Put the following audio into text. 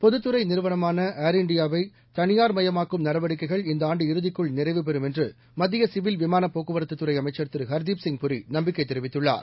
பொதுத்துறை நிறுவனமான ஏர் இந்தியாவை தனியார் மயமாக்கும் நடவடிக்கைகள் இந்த ஆண்டு இறுதிக்குள் நிறைவு பெறும் என்று மத்திய சிவில் விமான போக்குவரத்துத் துறை அமைச்சர் திரு ஹர்தீப்சிங் பூரி நம்பிக்கை தெரிவித்துள்ளார்